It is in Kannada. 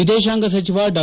ವಿದೇಶಾಂಗ ಸಚವ ಡಾ